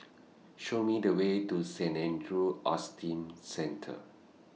Show Me The Way to Saint Andrew's Autism Centre